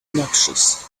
noxious